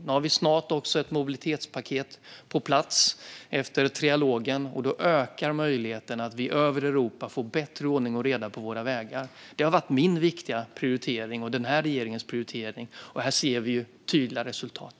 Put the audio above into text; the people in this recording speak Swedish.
Nu har vi snart också ett mobilitetspaket på plats efter trilogen, och då ökar möjligheterna att vi över Europa får bättre ordning och reda på våra vägar. Det har varit min och denna regerings prioritering, och här ser vi tydliga resultat.